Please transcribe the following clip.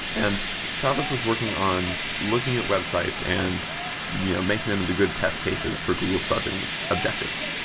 and tavis was working on looking at websites and you know making them into good test cases for google's fuzzing objectives.